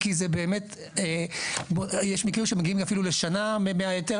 כי באמת יש מקרים שמגיעים לשנה מההיתר,